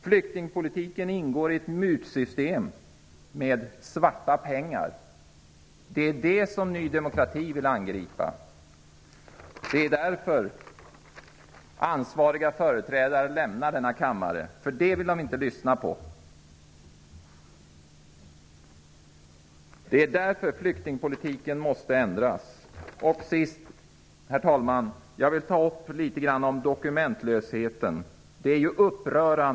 Flyktingpolitiken ingår i ett mutsystem med svarta pengar. Det vill Ny demokrati angripa. Det är därför ansvariga företrädare lämnar denna kammare -- detta vill de nämligen inte lyssna på -- och det är därför flyktingpolitiken måste ändras. Herr talman! Till sist vill jag ta upp dokumentlösheten.